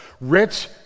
Rich